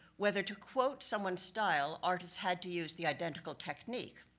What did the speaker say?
whether to quote someone's style, artists had to use the identical technique.